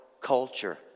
culture